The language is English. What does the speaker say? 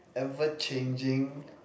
ever changing